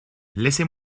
laissez